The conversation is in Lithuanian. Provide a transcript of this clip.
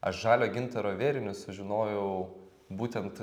aš žalio gintaro vėrinius sužinojau būtent